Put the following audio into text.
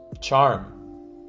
charm